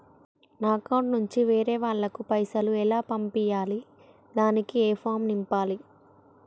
నా అకౌంట్ నుంచి వేరే వాళ్ళకు పైసలు ఎలా పంపియ్యాలి దానికి ఏ ఫామ్ నింపాలి?